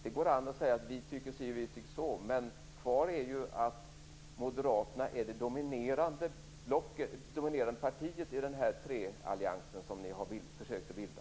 Det går an att säga att vi tycker si och vi tycker så, men kvar står att Moderaterna är det dominerande partiet i den treallians som ni har försökt att bilda.